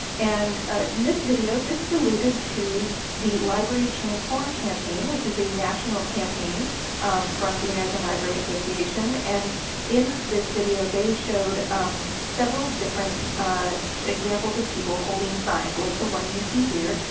and this video, this related to the library's transform campaign which is a national campaign from the american library association. association. and in this video they showed several different examples of people holding signs like the one you see here.